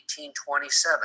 18.27